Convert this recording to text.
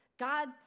God